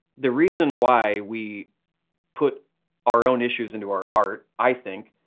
the reason why we put our own issues into our art, i think,